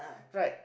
right